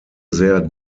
sehr